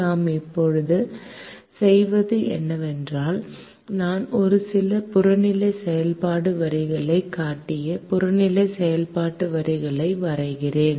நாம் இப்போது செய்வது என்னவென்றால் நான் ஒரு சில புறநிலை செயல்பாடு வரிகளைக் காட்டிய புறநிலை செயல்பாடு வரிகளை வரைகிறோம்